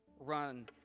run